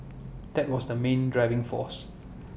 that was the main driving force